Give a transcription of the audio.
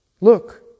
Look